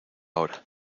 hora